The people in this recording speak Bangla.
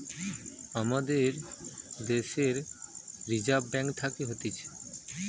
আমাদের দ্যাশের রিজার্ভ ব্যাঙ্ক থাকে হতিছে